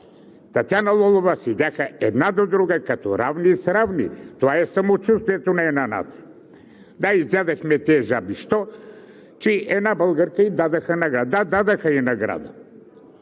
Татяна Лолова седяха една до друга като равни с равни. Това е самочувствието на една нация. Да, изядохме тези жаби – защо, че на една българка ѝ дадоха награда. Да, дадоха ѝ награда.